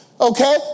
Okay